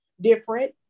different